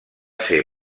ser